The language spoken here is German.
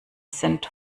sind